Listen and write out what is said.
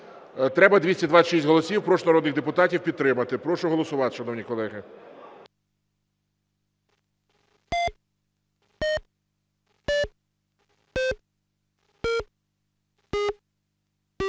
Треба 226 голосів. Прошу народних депутатів підтримати. Прошу голосувати, шановні колеги.